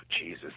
jesus